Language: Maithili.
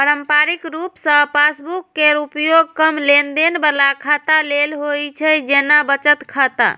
पारंपरिक रूप सं पासबुक केर उपयोग कम लेनदेन बला खाता लेल होइ छै, जेना बचत खाता